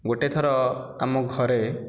ଗୋଟିଏ ଥର ଆମ ଘରେ